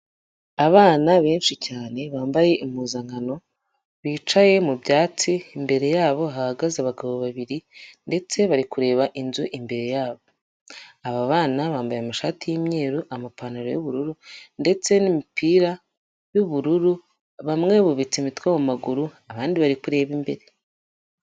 Abana benshi cyane bambaye impuzankano, bicaye mu byatsi, imbere yabo hahagaze abagabo babiri ndetse bari kureba inzu imbere yabo, aba bana bambaye amashati y'imyeru, amapantaro y'ubururu ndetse n'imipira y'ubururu, bamwe bubitse imitwe mu maguru, abandi bari kureba imbere.